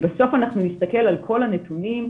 בסוף אנחנו נסתכל על כל הנתונים.